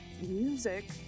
music